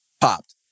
Popped